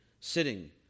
sitting